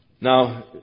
Now